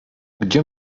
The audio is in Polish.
gdzie